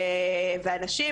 והנשים,